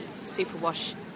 Superwash